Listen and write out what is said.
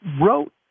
wrote